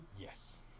yes